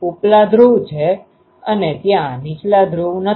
ઉપલા ધ્રુવ છે અને ત્યાં નીચલા ધ્રુવ નથી